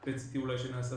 וגם PET-CT, שנעשית